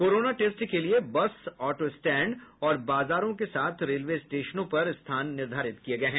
corona test के लिए bus auto stand और बाजारों के साथ रेलवे स्टेशनों पर स्थान निर्धारित किये गये हैं